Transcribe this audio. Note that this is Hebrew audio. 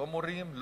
לא מורים,